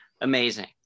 amazing